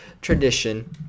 tradition